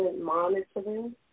monitoring